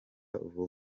vuba